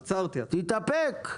עצרתי, עצרתי.